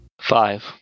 Five